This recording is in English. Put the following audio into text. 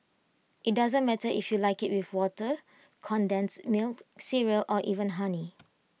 IT doesn't matter if you like IT with water condensed milk cereal or even honey